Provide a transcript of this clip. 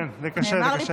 זה קשה, זה קשה.